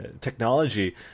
technology